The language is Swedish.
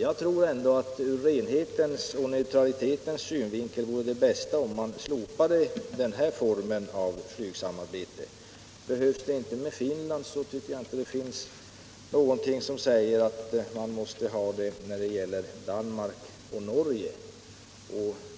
Jag tror ändå att det ur renhetens och neutralitetens synvinkel vore bäst om man slopade den här formen av flygsamverkan. Behövs den inte med Finland så tycker jag inte det finns någonting som säger att man måste ha den när det gäller Danmark och Norge.